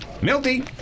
Milty